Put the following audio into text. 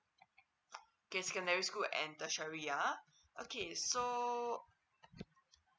okay secondary school and the tertiary ya okay so